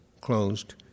closed